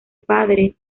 padre